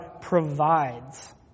provides